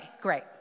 great